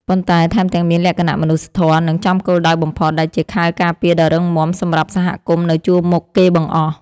ប៉ុន្តែថែមទាំងមានលក្ខណៈមនុស្សធម៌ និងចំគោលដៅបំផុត ដែលជាខែលការពារដ៏រឹងមាំសម្រាប់សហគមន៍នៅជួរមុខគេបង្អស់។